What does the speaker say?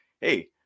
hey